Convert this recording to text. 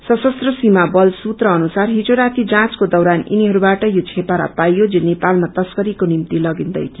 सशस्त सीमा बल सूत्र अनुसार हिजो राती जाँचको दौरान यिनीहरूबाट यो छेपारा पाईयो जो नेपालमा तश्करीको निम्ति लगिन्दै थियो